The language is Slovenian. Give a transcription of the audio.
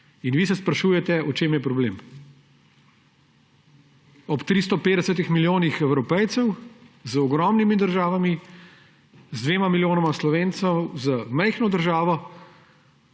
In vi se sprašujete, v čem je problem. Ob 350 milijonih Evropejcev z ogromnimi državami, dva milijona Slovencev z majhno državo,